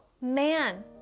Man